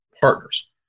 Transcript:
partners